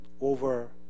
over